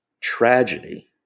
tragedy